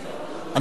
רבותי חברי הכנסת,